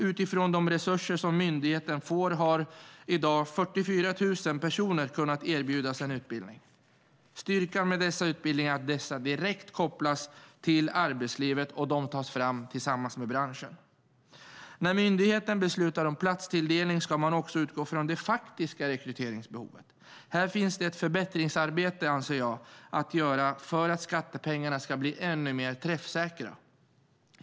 Utifrån de resurser som myndigheten får har 44 000 personer hittills kunnat erbjudas en utbildning. Styrkan med dessa utbildningar är att de kopplas direkt till arbetslivet och tas fram tillsammans med branschen. När myndigheten beslutar om platstilldelning ska man utgå från det faktiska rekryteringsbehovet. Här finns ett förbättringsarbete att göra, anser jag, för att skattepengarna ska bli ännu mer träffsäkra.